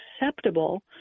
acceptable